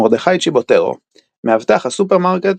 מרדכי צ'יבוטרו מאבטח הסופרמרקט,